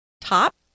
top